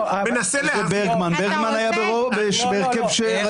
חבר הכנסת רוטמן, אתה בעד מצב שבית